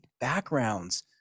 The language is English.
backgrounds